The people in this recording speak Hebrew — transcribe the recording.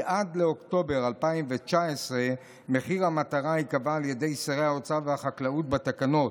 כי עד לאוקטובר 2019 מחיר המטרה ייקבע על ידי שרי האוצר והחקלאות בתקנות